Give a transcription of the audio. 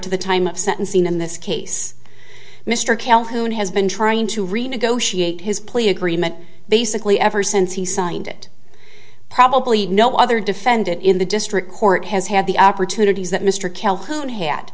to the time of sentencing in this case mr calhoun has been trying to renegotiate his plea agreement basically ever since he signed it probably no other defendant in the district court has had the opportunities that mr calhoun ha